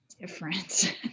different